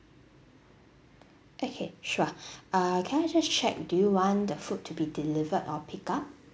okay sure uh can I just check do you want the food to be delivered or pick up